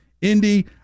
Indy